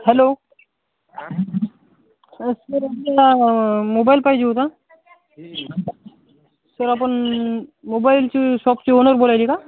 hello sir मला mobile पाहिजे होता सर आपण मोबाईलची शॉपची ओनर बोलायची का